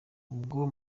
ubwo